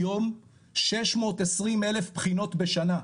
היום 620,000 בחינות בשנה,